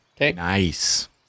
Nice